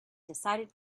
decided